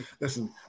listen